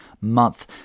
month